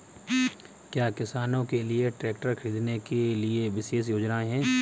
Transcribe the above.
क्या किसानों के लिए ट्रैक्टर खरीदने के लिए विशेष योजनाएं हैं?